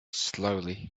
slowly